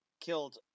killed